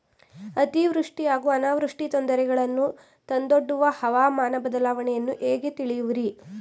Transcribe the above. ಅತಿವೃಷ್ಟಿ ಹಾಗೂ ಅನಾವೃಷ್ಟಿ ತೊಂದರೆಗಳನ್ನು ತಂದೊಡ್ಡುವ ಹವಾಮಾನ ಬದಲಾವಣೆಯನ್ನು ಹೇಗೆ ತಿಳಿಯುವಿರಿ?